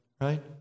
right